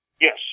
Yes